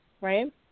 right